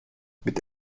mit